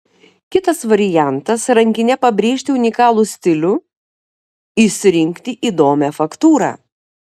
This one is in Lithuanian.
kitas variantas rankine pabrėžti unikalų stilių išsirinkti įdomią faktūrą